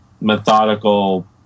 methodical